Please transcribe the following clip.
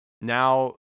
now